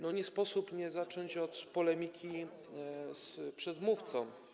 Nie sposób nie zacząć od polemiki z przedmówcą.